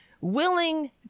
willing